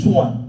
one